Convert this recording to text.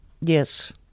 Yes